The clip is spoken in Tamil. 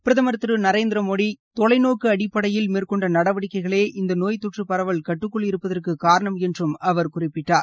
பிரதமர் திரு நரேந்திரமோடி தொலைநோக்கு அடிப்படையில் மேற்கொண்ட நடவடிக்கைகளே இந்த நோய் தொற்று பரவல் கட்டுக்குள் இருப்பதற்கு காரணம் என்றும் அவர் குறிப்பிட்டார்